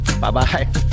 Bye-bye